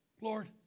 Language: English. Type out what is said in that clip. Lord